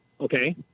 Okay